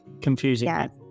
confusing